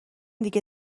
دیگه